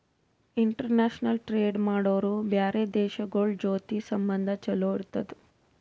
international trade ಮಾಡುರ್ ಬ್ಯಾರೆ ದೇಶಗೋಳ್ ಜೊತಿ ಸಂಬಂಧ ಛಲೋ ಇರ್ತುದ್